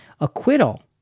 Acquittal